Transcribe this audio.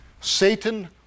Satan